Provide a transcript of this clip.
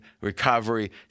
recovery